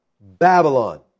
Babylon